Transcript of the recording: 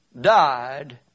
died